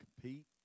compete